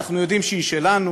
אנחנו יודעים שהיא שלנו.